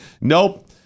Nope